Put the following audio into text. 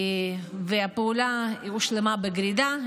והפעולה הושלמה בגרידה.